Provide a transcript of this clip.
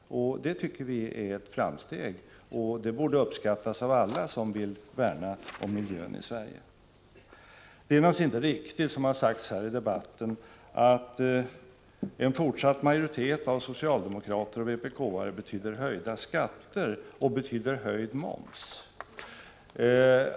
Det tycker vi är ett framsteg som borde uppskattas av alla dem som vill värna om miljön i Sverige. Det är naturligtvis inte riktigt, som har sagts här i debatten, att en fortsatt majoritet av socialdemokrater och vpk-are betyder höjda skatter och höjd moms.